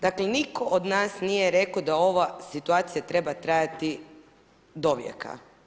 Dakle, nitko od nas nije rekao da ova situacija treba trajati do vijeka.